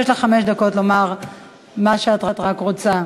אף-על-פי שיש לך חמש דקות לומר מה שאת רק רוצה.